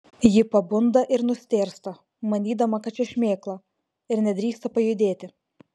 ji pabunda ir nustėrsta manydama kad čia šmėkla ir nedrįsta pajudėti